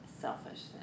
selfishness